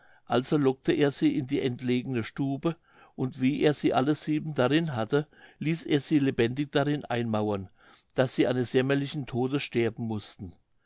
also lockte er sie in die entlegene stube und wie er sie alle sieben darin hatte ließ er sie lebendig darin einmauern daß sie eines jämmerlichen todes sterben mußten